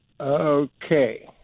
Okay